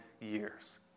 years